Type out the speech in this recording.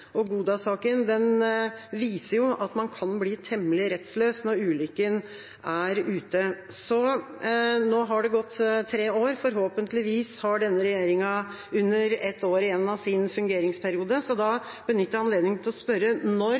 at man kan bli temmelig rettsløs når ulykken er ute. Nå har det gått tre år. Forhåpentligvis har denne regjeringa under ett år igjen av sin fungeringsperiode, så da benytter jeg anledningen til å spørre: Når